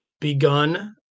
begun